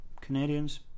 Canadians